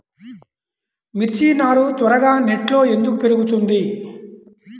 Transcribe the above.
మిర్చి నారు త్వరగా నెట్లో ఎందుకు పెరుగుతుంది?